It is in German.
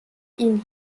ihnen